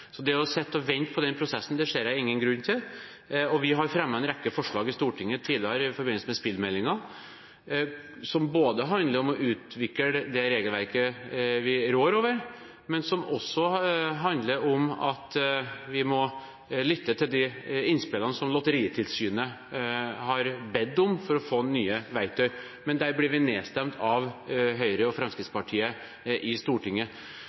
å sitte og vente på den prosessen ser jeg ingen grunn til. Vi har fremmet en rekke forslag i Stortinget tidligere, i forbindelse med spillmeldingen, som både handler om å utvikle det regelverket vi rår over, og om at vi må lytte til innspillene fra Lotteritilsynet der de har bedt om å få nye verktøy. Men der ble vi nedstemt av Høyre og Fremskrittspartiet i Stortinget.